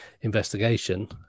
investigation